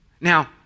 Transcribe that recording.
Now